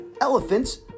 elephants